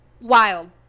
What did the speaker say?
wild